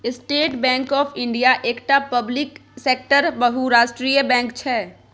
state bank of India एकटा public सेक्टरक बहुराष्ट्रीय बैंक छै